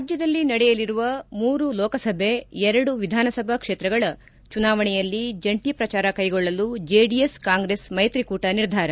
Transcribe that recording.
ರಾಜ್ಯದಲ್ಲಿ ನಡೆಯಲಿರುವ ಮೂರು ಲೋಕಸಭೆ ಎರಡು ವಿಧಾನಸಭಾ ಕ್ಷೇತ್ರಗಳ ಚುನಾವಣೆಯಲ್ಲಿ ಜಂಟಿ ಪ್ರಚಾರ ಕೈಗೊಳ್ಳಲು ಜೆಡಿಎಸ್ ಕಾಂಗ್ರೆಸ್ ಮೈತ್ರಿಕೂಟ ನಿರ್ಧಾರ